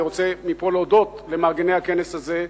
אני רוצה מפה להודות למארגני הכנס הזה.